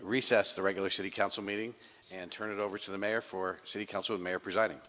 recess the regular city council meeting and turn it over to the mayor for city council mayor pres